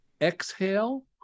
exhale